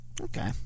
Okay